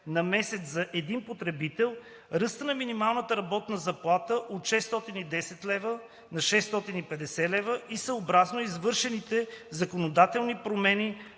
на месец за един потребител, ръста на минималната работна заплата от 610 лв. на 650 лв. и съобразно извършените законодателни промени